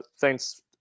thanks